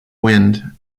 wind